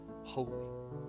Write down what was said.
Holy